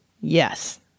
yes